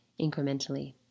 incrementally